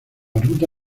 ruta